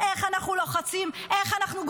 איך אנחנו לוחצים,